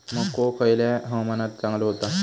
मको खयल्या हवामानात चांगलो होता?